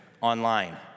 online